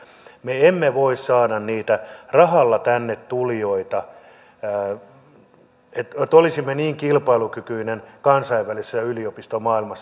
me emme voi saada niitä rahalla tänne tulijoita niin että olisimme niin kilpailukykyinen maa kansainvälisessä yliopistomaailmassa